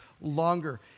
longer